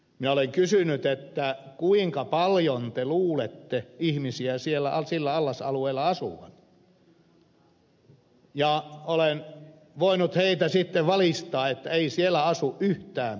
minä olen kysynyt kuinka paljon te luulette ihmisiä sillä allasalueella asuvan ja olen voinut heitä sitten valistaa että ei siellä asu yhtään pysyvää asukasta